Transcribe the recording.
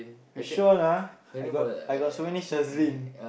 you sure [one] ah I got I got so many Shazleen